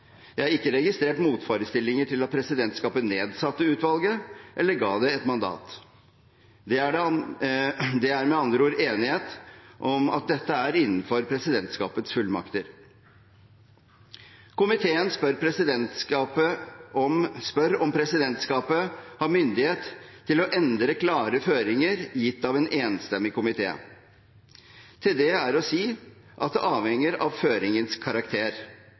Jeg har ikke registrert motforestillinger mot at presidentskapet nedsatte utvalget eller ga det et mandat. Det er med andre ord enighet om at dette er innenfor presidentskapets fullmakter. Komiteen spør om presidentskapet har myndighet til å endre klare føringer gitt av en enstemmig komité. Til det er å si at det avhenger av føringens karakter.